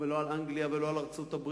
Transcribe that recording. לא על אנגליה ולא על ארצות-הברית.